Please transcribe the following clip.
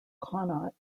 connaught